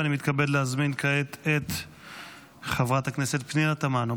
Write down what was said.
ואני מתכבד להזמין כעת את חברת הכנסת פנינה תמנו,